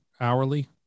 hourly